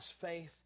faith